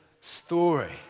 story